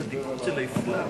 השני.